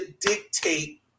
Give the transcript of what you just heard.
dictate